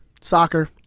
soccer